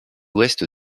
ouest